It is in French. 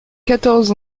quatorze